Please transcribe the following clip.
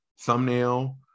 thumbnail